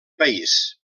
país